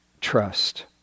trust